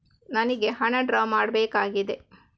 ನನಿಗೆ ಹಣ ಡ್ರಾ ಮಾಡ್ಬೇಕಾಗಿದೆ